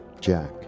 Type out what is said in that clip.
jack